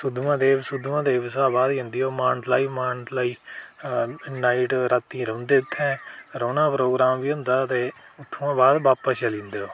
सुद्धमहादेव सुद्धमहादेव दे बाद जंदे ओह् मानतलाई मानतलाई नाईट रातीं रौंहदे उत्थें रौह्ना प्रोग्राम बी होंदा ते उत्थुआं बाद बापस चली जंदे ओह्